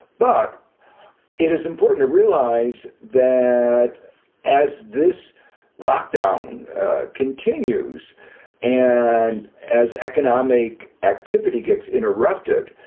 but it is important to realize that as this lockdown continues and as economic activity gets interrupted,